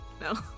No